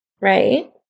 Right